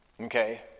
Okay